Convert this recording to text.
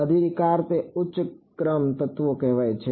અધિકાર તે ઉચ્ચ ક્રમ તત્વો કહેવાય છે